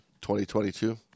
2022